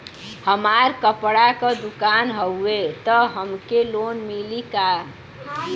हमार कपड़ा क दुकान हउवे त हमके लोन मिली का?